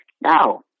No